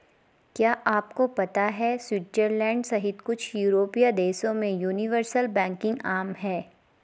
क्या आपको पता है स्विट्जरलैंड सहित कुछ यूरोपीय देशों में यूनिवर्सल बैंकिंग आम है?